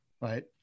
Right